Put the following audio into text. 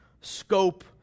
scope